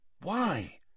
Why